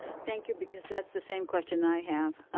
thank you, because that's the same question i have.